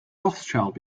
rothschild